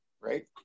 right